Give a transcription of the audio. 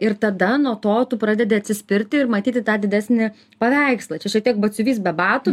ir tada nuo to tu pradedi atsispirti ir matyti tą didesnį paveikslą čia šiek tiek batsiuvys be batų